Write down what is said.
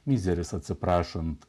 mizeris atsiprašant